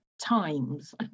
times